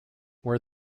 where